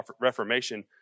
Reformation